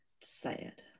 sad